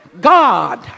God